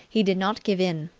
he did not give in.